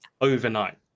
overnight